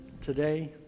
today